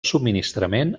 subministrament